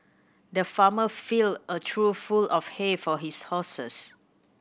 the farmer filled a trough full of hay for his horses